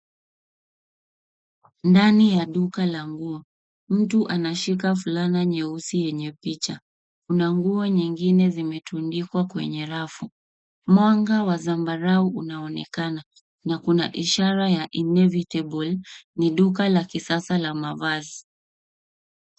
Ndani ya duka la nguo, mtu anashika fulana nyeusi yenye picha. Kuna nguo nyingine zimetundikwa kwenye rafu. Mwanga wa zambarau unaonekana na kuna ishara ya inevitable ni duka la kisasa la mavazi.